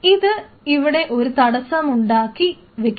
ഇത് ഇവിടെ ഒരു തടസ്സമുണ്ടാക്കി വയ്ക്കുന്നു